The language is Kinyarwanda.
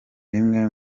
bimwe